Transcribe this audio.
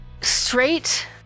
straight